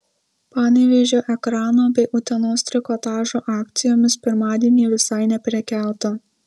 panevėžio ekrano bei utenos trikotažo akcijomis pirmadienį visai neprekiauta